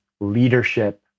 leadership